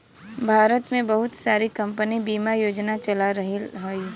भारत में बहुत सारी कम्पनी बिमा योजना चला रहल हयी